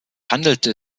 handelte